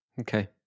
okay